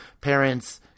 parents